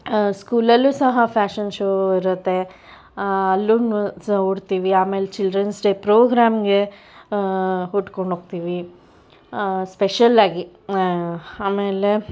ಸ್ಕೂಲಲ್ಲೂ ಸಹ fashion show ಇರುತ್ತೆ ಅಲ್ಲೂ ಸಹ ಉಡ್ತೀವಿ ಆಮೇಲೆ ಚಿಲ್ಡ್ರನ್ಸ್ ಡೇ ಪ್ರೋಗ್ರಾಮ್ಗೆ ಉಟ್ಕೊಂಡು ಹೋಗ್ತೀವಿ ಸ್ಪೆಷಲಾಗಿ ಆಮೇಲೆ